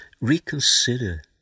reconsider